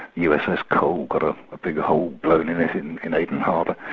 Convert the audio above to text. uss cole got a big hole blown in it in in aden harbour.